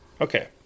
Okay